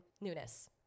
newness